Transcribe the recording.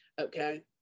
Okay